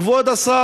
כבוד השר.